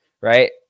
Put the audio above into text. right